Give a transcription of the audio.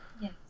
yes